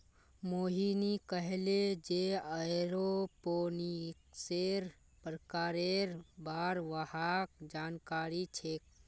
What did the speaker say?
मोहिनी कहले जे एरोपोनिक्सेर प्रकारेर बार वहाक जानकारी छेक